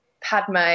Padme